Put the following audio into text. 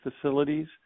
facilities